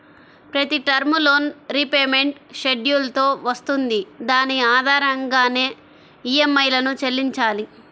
ప్రతి term loan repayment schedule తో వస్తుంది దాని ఆధారంగానే ఈఎంఐలను చెల్లించాలి